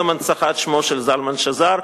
גם הנצחת שמו של זלמן שזר,